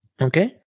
Okay